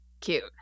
cute